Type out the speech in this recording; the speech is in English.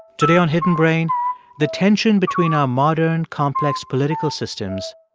today on hidden brain the tension between our modern, complex political systems